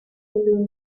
balloon